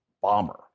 bomber